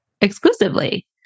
exclusively